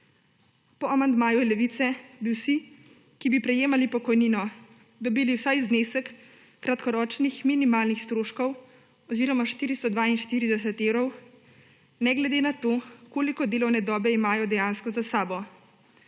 Po amandmaju Levice bi vsi, ki bi prejemali pokojnino, dobili vsaj znesek kratkoročnih minimalnih stroškov oziroma 442 evrov ne glede na to, koliko delovne dobe imajo dejansko za sabo,